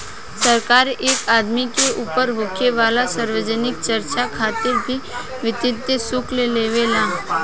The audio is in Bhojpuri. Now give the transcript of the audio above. सरकार एक आदमी के ऊपर होखे वाला सार्वजनिक खर्चा खातिर भी वित्तीय शुल्क लेवे ला